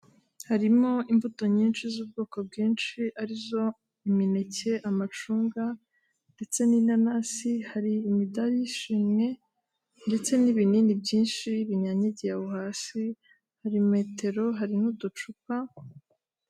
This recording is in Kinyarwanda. Harimo imbuto nyinshi z'ubwoko bwinshi ari zo imineke, amacunga ndetse n'inanasi, hari imidari y'ishimwe ndetse n'ibinini byinshi binyanyagiye aho hasi, hari metero, hari n'uducupa.